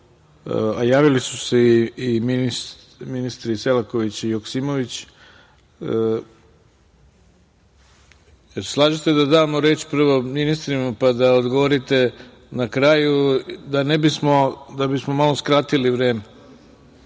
a javili su se i ministri Selaković i Joksimović, da li se slažete da damo prvo reč ministrima, pa da odgovorite na kraju, da bismo malo skratili vreme?(Šaip